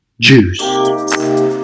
juice